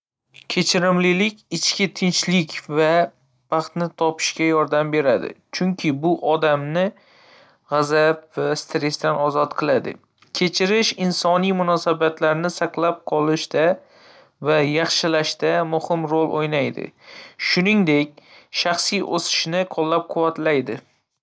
﻿Kechirimlilik ichki tinchlik va baxtni topishga yordam beradi, chunki bu odamni g'azab va stressdan ozod qiladi. Kechirish insoniy munosabatlarni saqlab qolishda va yaxshilashda muhim ro'l o'ynaydi. Shuningdek, shaxsiy o'sishni qo'llab-quvvatlaydi.